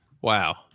wow